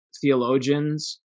theologians